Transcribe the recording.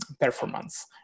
performance